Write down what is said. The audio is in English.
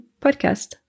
podcast